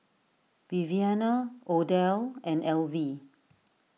Viviana Odell and Elvie